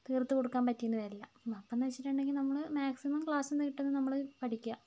തീർത്ത് കൊടുക്കാൻ പറ്റീന്ന് വരില്ല അപ്പന്ന് വെച്ചിട്ടുണ്ടെങ്കിൽ നമ്മൾ മാക്സിമം ക്ലാസ്സിന്ന് കിട്ടുന്നത് നമ്മൾ പഠിക്ക